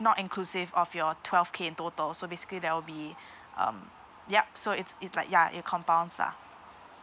not inclusive of your twelve K in total so basically there'll be um yup so it's it's like ya it compounds lah